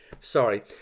Sorry